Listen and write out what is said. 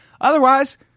Otherwise